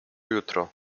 jutro